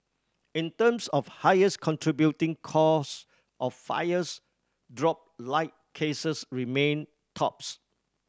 in terms of highest contributing cause of fires dropped light cases remained tops